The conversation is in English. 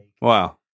wow